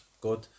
good